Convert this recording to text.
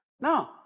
No